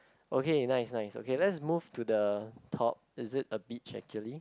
okay nice nice okay let's move to the top is it a beach actually